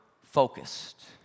focused